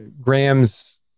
Graham's